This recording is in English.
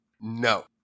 No